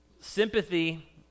Sympathy